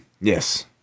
Yes